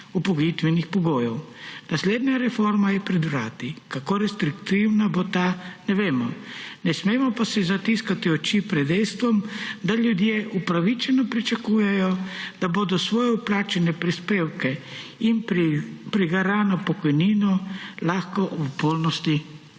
upokojitvenih pogojev. Naslednja reforma je pred vrati, kako restriktivna bo, ne vemo. Ne smemo pa si zatiskati oči pred dejstvom, da ljudje upravičeno pričakujejo, da bodo svoje vplačane prispevke in prigarano pokojnino lahko v polnosti